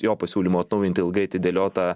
jo pasiūlymo atnaujinti ilgai atidėliotą